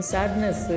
Sadness